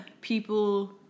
people